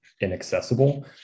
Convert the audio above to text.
inaccessible